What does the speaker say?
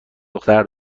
دختر